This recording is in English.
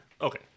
Okay